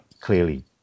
clearly